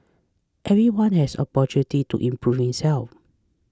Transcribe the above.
everyone has opportunities to improve himself